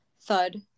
Thud